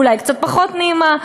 אולי קצת פחות נעימה,